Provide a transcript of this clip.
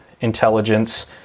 intelligence